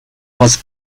was